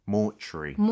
Mortuary